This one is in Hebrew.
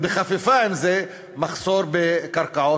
בחפיפה עם זה, מחסור בקרקעות.